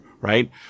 right